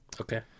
Okay